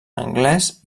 anglès